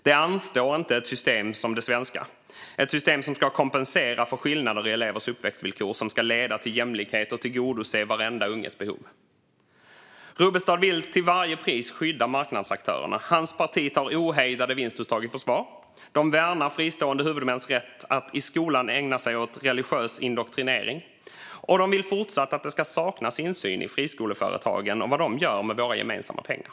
Detta anstår inte ett system som det svenska, ett system som ska kompensera för skillnader i elevers uppväxtvillkor, leda till jämlikhet och tillgodose varenda unges behov. Rubbestad vill till varje pris skydda marknadsaktörerna. Hans parti tar ohejdade vinstuttag i försvar, värnar fristående huvudmäns rätt att i skolan ägna sig åt religiös indoktrinering och vill att det fortsatt ska saknas insyn i friskoleföretagen och vad de gör med våra gemensamma pengar.